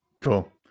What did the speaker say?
Cool